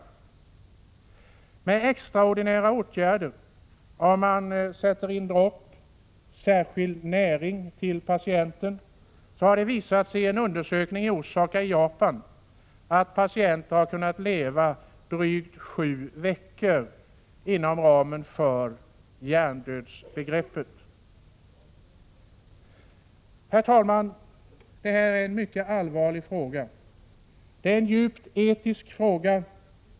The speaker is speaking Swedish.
Enligt en undersökning som gjorts i Osaka i Japan har det visat sig att om man vidtar extraordinära åtgärder — t.ex. sätter in dropp med särskild näring till patienten — kan en patient leva drygt sju veckor inom ramen för hjärndödsbegreppet. Herr talman! Det här är en mycket allvarlig fråga. Det är en djupt etisk fråga.